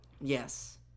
Yes